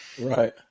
Right